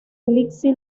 lindsay